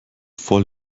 voll